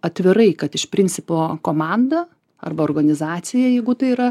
atvirai kad iš principo komanda arba organizacija jeigu tai yra